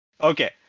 Okay